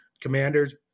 Commanders